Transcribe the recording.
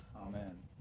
Amen